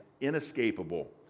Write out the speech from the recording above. inescapable